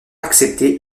accepté